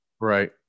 Right